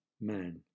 man